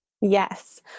Yes